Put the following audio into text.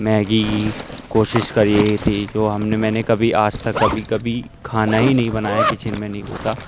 Maggi کی کوشش کی تھی جو ہم نے میں نے کبھی آج تک کبھی کبھی کھانا ہی نہیں بنایا کچن میں نہیں گھسا